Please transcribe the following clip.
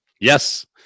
Yes